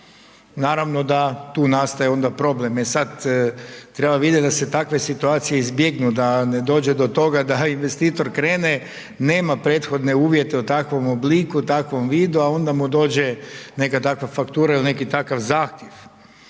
Naravno da tu nastaje onda problem. E sada, treba vidjeti da se takve situacije izbjegnu, da ne dođe do toga da investitor krene. Nema prethodne uvjete o takvom obliku, takvom vidu, a onda mu dođe neka takva faktura ili neki takav zahtjev.